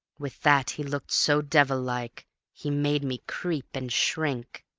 with that he looked so devil-like he made me creep and shrink,